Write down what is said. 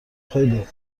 خیلی